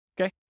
Okay